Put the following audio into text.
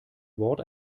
wort